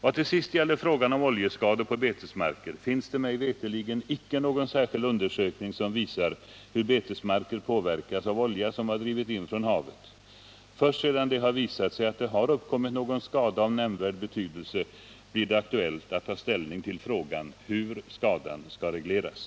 Vad till sist gäller frågan om oljeskador på betesmarker finns det mig veterligen inte någon särskild undersökning som visar hur betesmarker påverkas av olja som har drivit in från havet. Först sedan det har visat sig att det har uppkommit någon skada av nämnvärd betydelse blir det aktuellt att ta ställning till frågan hur skadan skall regleras.